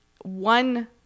one